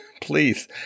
please